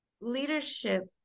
leadership